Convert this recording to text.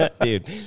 dude